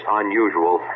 unusual